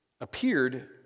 appeared